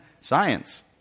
Science